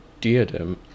diadem